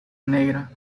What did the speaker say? negra